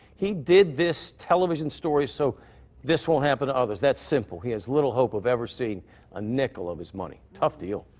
he did this television story so this won't happen to others. that's simple. he has little hope of ever seeing a nickel of his money. tough deal.